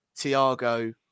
Tiago